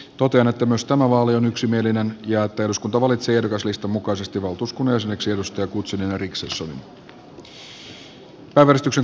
totean että vaali on yksimielinen ja että eduskunta valitsee ehdokaslistan mukaisesti euroopan neuvoston suomen valtuuskunnan jäseneksi maria guzenina richardsonin